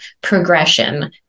progression